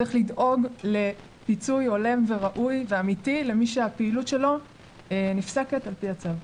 צריך לדאוג לפיצוי הולם וראוי ואמיתי למי שהפעילות שלו נפסקת על פי הצו.